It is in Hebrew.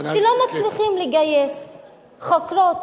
ולא מצליחים לגייס חוקרות.